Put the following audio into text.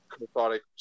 methodic